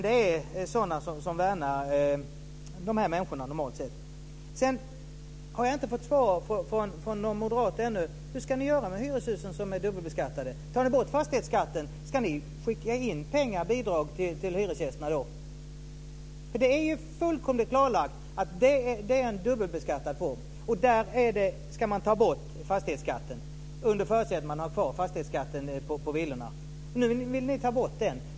Det är sådana som normalt sett värnar de här människorna. Jag har ännu inte fått svar av någon moderat på frågan hur ni ska göra med hyreshusen som är dubbelbeskattade. Om ni tar bort fastighetsskatten, ska ni då skicka in bidrag till hyresgästerna? Det är fullkomligt klarlagt att det är en dubbelbeskattad boendeform. Där ska man ta bort fastighetsskatten under förutsättning att den är kvar på villorna. Nu vill ni ta bort den.